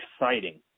exciting